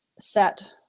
set